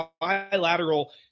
bilateral